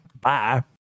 Bye